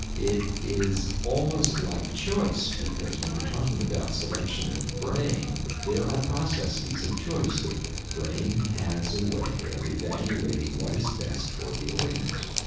it is almost like choice because when you're talking about selection in the brain, there are processes of choice. the brain has a way of evaluating what is best for the organism.